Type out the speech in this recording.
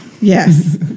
Yes